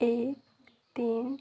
ଏକ ତିନ